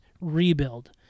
rebuild